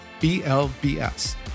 BLBS